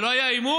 מה, לא היה עימות?